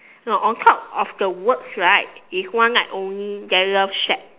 no on top of the words right is one night only then love shack